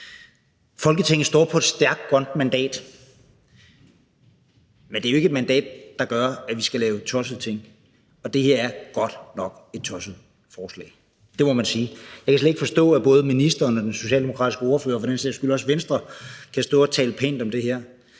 Folketinget står på et stærkt grønt mandat, men det er jo ikke et mandat, der gør, at vi skal lave tossede ting, og det her er godt nok et tosset forslag. Det må man sige. Jeg kan slet ikke forstå, at både ministeren og den socialdemokratiske ordfører og for den sags skyld også Venstre kan stå og tale pænt om det her.